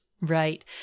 Right